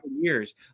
years